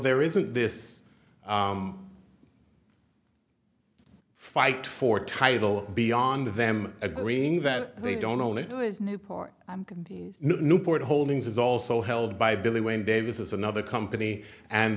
there isn't this fight for title beyond them agreeing that they don't only do is newport newport holdings is also held by billy wayne davis is another company and